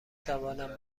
توانم